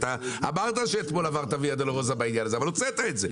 אמרת שאתמול עברת ויה דולורוזה בעניין הזה אבל הוצאת את זה.